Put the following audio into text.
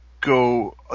go